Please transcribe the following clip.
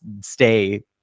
stay